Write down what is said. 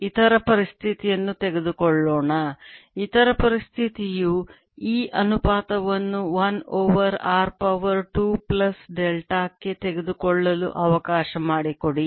ಇತರ ಪರಿಸ್ಥಿತಿಯನ್ನು ತೆಗೆದುಕೊಳ್ಳೋಣ ಇತರ ಪರಿಸ್ಥಿತಿಯು E ಅನುಪಾತವನ್ನು 1 over r power 2 plus delta ಕ್ಕೆ ತೆಗೆದುಕೊಳ್ಳಲು ಅವಕಾಶ ಮಾಡಿಕೊಡಿ